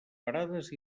parades